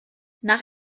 nach